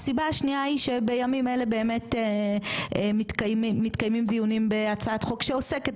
הסיבה השנייה היא שבימים האלה באמת מתקיימים דיונים בהצעת חוק שעוסקת